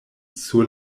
sur